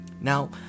Now